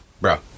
bro